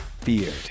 feared